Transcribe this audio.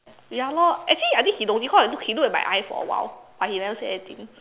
ya lor actually I think he know because he he look at my eyes for a while but he never say anything